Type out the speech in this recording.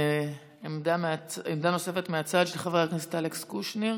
עמדה נוספת מהצד, של חבר הכנסת אלכס קושניר.